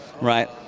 right